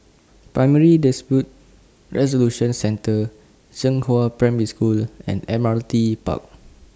Primary Dispute Resolution Centre Zhenghua Primary School and Admiralty Park